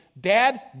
Dad